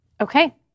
Okay